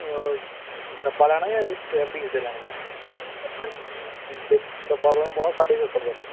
और डब्बा लेना जा इक पीस लेने तुसे नेी नेई डब्बा लैना डब्बा तुसें गी पौना साढे छे सौ रपये दा